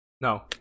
No